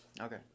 Okay